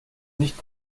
nicht